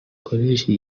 college